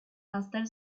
installe